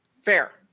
Fair